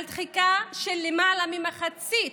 על דחיקה של למעלה ממחצית